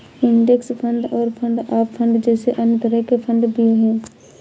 index fund और fund of fund जैसे अन्य तरह के फण्ड भी हैं